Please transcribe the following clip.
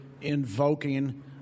invoking